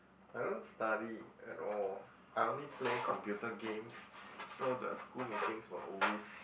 I don't study at all I only play computer games so the school meetings will always